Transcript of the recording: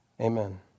Amen